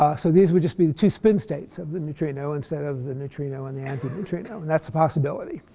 ah so these would just be the two spin states of the neutrino instead of the neutrino and the anti-neutrino. and that's a possibility.